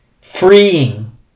freeing